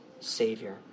Savior